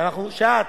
שאת